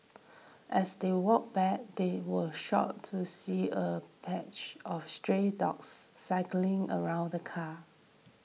as they walked back they were shocked to see a patch of stray dogs circling around the car